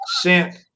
sent